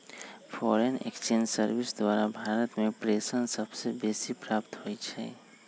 foreign exchange service द्वारा भारत में प्रेषण सबसे बेसी प्राप्त होई छै